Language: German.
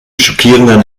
schockierenden